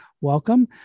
welcome